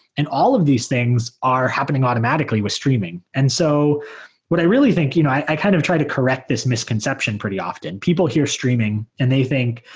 and all of these things are happening automatically with streaming. and so what i really think, you know i kind of try to correct this misconception pretty often. people hear streaming streaming and they think,